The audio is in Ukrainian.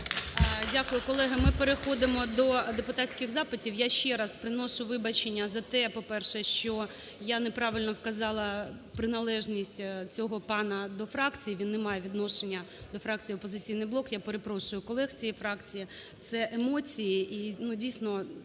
Дякую. Колеги, ми переходимо до депутатських запитів. Я ще раз приношу вибачення за те, по-перше, що я неправильно вказала приналежність цього пана до фракції. Він не має відношення до фракції "Опозиційний блок". Я перепрошую колег з цієї фракції. Це емоції,